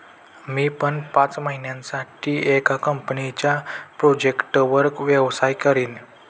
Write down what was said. मी पण पाच महिन्यासाठी एका कंपनीच्या प्रोजेक्टवर व्यवसाय करीन